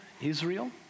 Israel